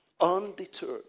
Undeterred